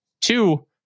Two